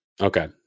Okay